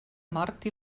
mort